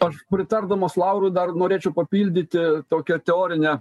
aš pritardamas laurui dar norėčiau papildyti tokia teorine